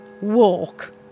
Walk